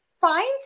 find